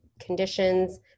conditions